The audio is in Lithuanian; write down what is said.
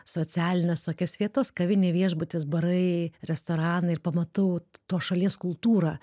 socialines tokias vietas kavinė viešbutis barai restoranai ir pamatau tos šalies kultūrą